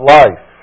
life